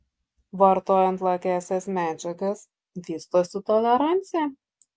vartojant lakiąsias medžiagas vystosi tolerancija